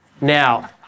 Now